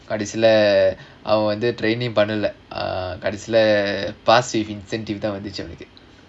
கடைசில அவன் வந்து:kadaisila avan vandhu training பண்ணல கடைசில:pannala kadaisila pass with incentive தான் வந்துச்சு அவனுக்கு:thaan vandhuchu avanukku